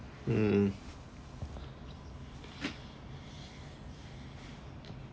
um